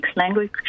language